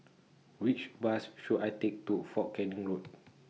Which Bus should I Take to Fort Canning Road